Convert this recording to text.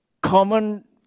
common